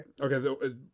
Okay